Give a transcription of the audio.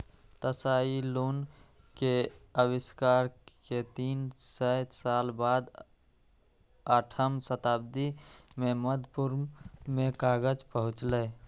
Tsai Lun के आविष्कार के तीन सय साल बाद आठम शताब्दी मे मध्य पूर्व मे कागज पहुंचलै